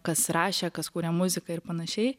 kas rašė kas kūrė muziką ir panašiai